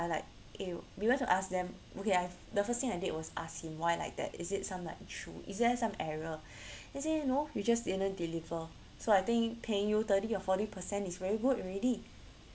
like !eww! we went to ask them okay I the first thing I did was ask him why like that is this sum like true is there some error he say no you just didn't deliver so I think paying you thirty or forty percent is very good already